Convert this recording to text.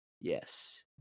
Yes